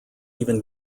even